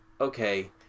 okay